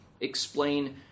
explain